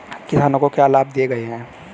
किसानों को क्या लाभ दिए गए हैं?